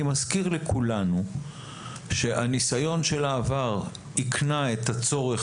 אני מזכיר לכולנו שהניסיון של העבר היקנה את הצורך